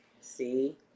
see